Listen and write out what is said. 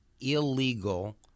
illegal